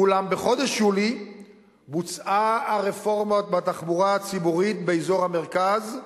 אולם בחודש יולי בוצעה הרפורמה בתחבורה הציבורית באזור המרכז,